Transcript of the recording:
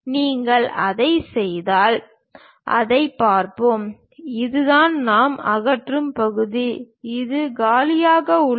நீங்கள் அதைச் செய்தால் அதைப் பார்ப்போம் இதுதான் நாம் அகற்றும் பகுதி இது காலியாக உள்ளது